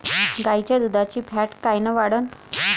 गाईच्या दुधाची फॅट कायन वाढन?